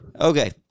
Okay